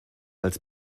als